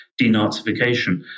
denazification